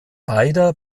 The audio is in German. beider